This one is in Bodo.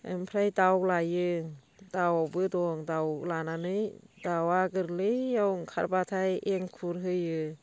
ओमफ्राय दाउ लायो दाउबो दं दाउखौ लानानै दाउआ गोरलैआव ओंखारबाथाय एंखुर होयो